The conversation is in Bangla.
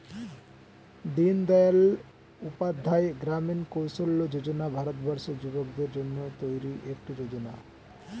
দিনদয়াল উপাধ্যায় গ্রামীণ কৌশল্য যোজনা ভারতবর্ষের যুবকদের জন্য তৈরি একটি যোজনা